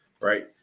Right